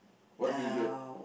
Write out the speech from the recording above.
what did you e~